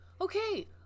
okay